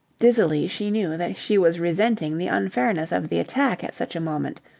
dizzily she knew that she was resenting the unfairness of the attack at such a moment,